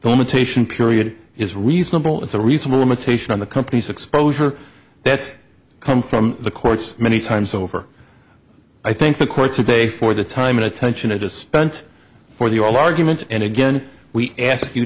the limitation period is reasonable it's a reasonable limitation on the company's exposure that's come from the courts many times over i think the court today for the time and attention is just spent for the oral arguments and again we ask you